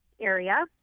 area